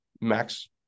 max